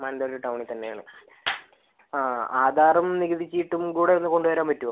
ടൗണിൽ തന്നെ ആണ് ആധാറും നികുതി ചീട്ടും കൂടെയൊന്ന് കൊണ്ടുവരാൻ പറ്റുമോ